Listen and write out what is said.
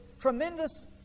tremendous